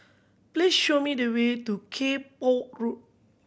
please show me the way to Kay Poh Road